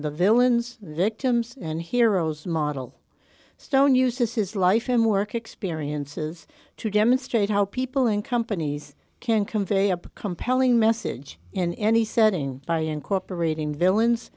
the villains victims and heroes model stone uses his life and work experiences to demonstrate how people and companies can convey a compelling message in any setting by incorporating villains